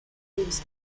reuse